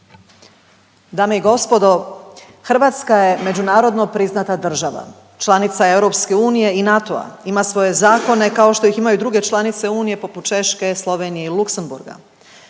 Dame i gospodo, Hrvatska je međunarodno priznata država, članica EU i NATO-a, ima svoje zakone kao što ih imaju druge članice Unije, poput Češke, Slovenije i Luksemburga,